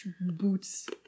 Boots